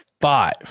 Five